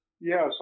Yes